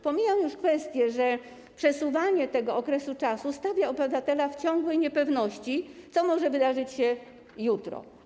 Pomijam już kwestię, że przesuwanie tego okresu stawia obywatela w sytuacji ciągłej niepewności, co może wydarzyć się jutro.